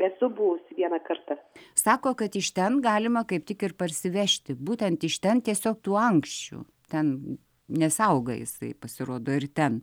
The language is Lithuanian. esu buvusi vieną kartą sako kad iš ten galima kaip tik ir parsivežti būtent iš ten tiesiog tų ankščių ten nes auga jisai pasirodo ir ten